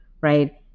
right